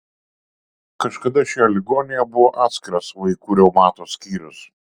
kažkada šioje ligoninėje buvo atskiras vaikų reumato skyrius